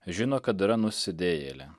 žino kad yra nusidėjėlė